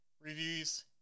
reviews